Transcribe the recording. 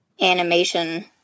animation